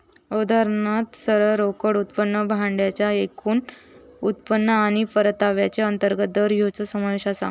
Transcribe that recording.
उदाहरणात सरळ रोकड उत्पन्न, भाड्याचा एकूण उत्पन्न आणि परताव्याचो अंतर्गत दर हेंचो समावेश आसा